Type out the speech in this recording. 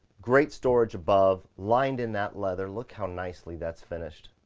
great storage above, lined in that leather, look how nicely that's finished.